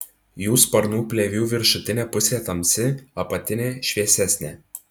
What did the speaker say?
jų sparnų plėvių viršutinė pusė tamsi apatinė šviesesnė